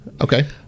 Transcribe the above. Okay